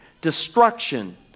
destruction